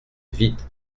vite